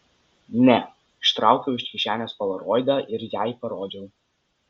ne ištraukiau iš kišenės polaroidą ir jai parodžiau